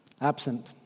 absent